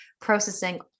processing